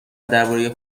درباره